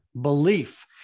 belief